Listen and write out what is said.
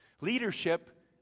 Leadership